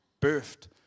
birthed